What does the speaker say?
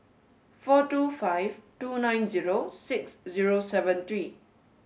four two five two nine zero six zero seven three